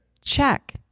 check